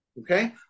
Okay